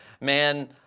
man